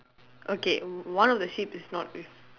okay one of the sheep is not with